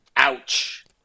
Ouch